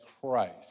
Christ